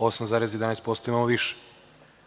8,11% imamo više. Isto